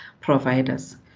providers